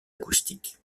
acoustique